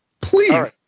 please